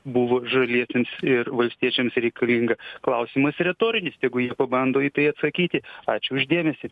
buvo žaliesiems ir valstiečiams reikalinga klausimas retorinis tegu jie pabando į tai atsakyti ačiū už dėmesį